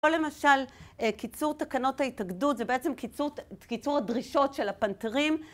או למשל קיצור תקנות ההתאגדות, זה בעצם קיצור קיצור הדרישות של הפנתרים,